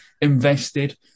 invested